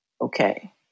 Okay